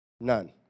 none